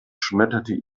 schmetterte